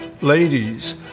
ladies